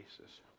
basis